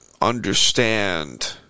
understand